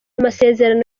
masezerano